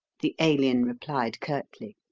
the alien replied curtly.